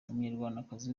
umunyarwandakazi